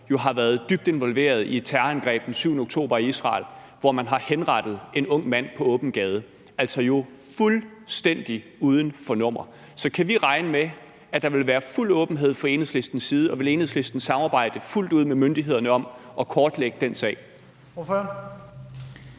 har været dybt involveret i terrorangrebet den 7. oktober i Israel, hvor man har henrettet en ung mand på åben gade. Altså fuldstændig uden for nummer! Så kan vi regne med, at der vil være fuld åbenhed fra Enhedslistens side, og vil Enhedslisten samarbejde fuldt ud med myndighederne om at kortlægge den sag?